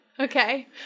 Okay